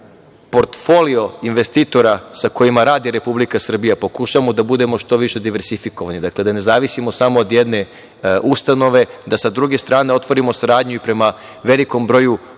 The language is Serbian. portfolio investitora sa kojim radi Republika Srbija, pokušavamo da budemo što više diversifikovani, da ne zavisimo samo od jedne ustanove, da sa druge strane otvorimo saradnju i prema velikom broju drugih